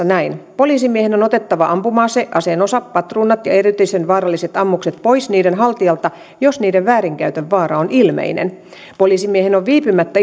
näin poliisimiehen on otettava ampuma ase aseen osa patruunat ja erityisen vaaralliset ammukset pois niiden haltijalta jos niiden väärinkäytön vaara on ilmeinen poliisimiehen on viipymättä